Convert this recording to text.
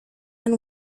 and